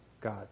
God